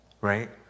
right